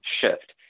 shift